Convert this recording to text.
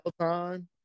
time